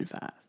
five